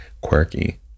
Quirky